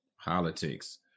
Politics